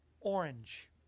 orange